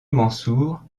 mansour